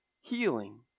healing